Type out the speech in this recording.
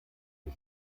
wir